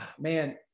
Man